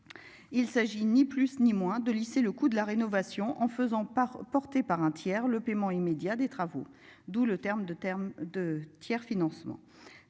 Il s'agit ni plus ni moins de lisser le coût de la rénovation en faisant part porté par un tiers le paiement immédiat des travaux, d'où le terme de termes de tiers-financement